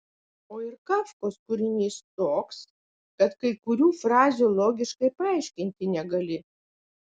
o ir kafkos kūrinys toks kad kai kurių frazių logiškai paaiškinti negali